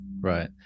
right